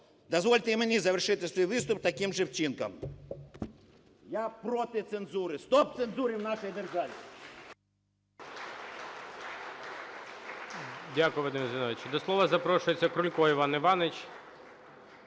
Дозвольте і мені завершити свій виступ таким же вчинком. Я проти цензури! Стоп цензурі в нашій державі! ГОЛОВУЮЧИЙ. Дякую, Вадим Зіновійович. До слова запрошується Крулько Іван Іванович,